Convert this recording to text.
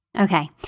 Okay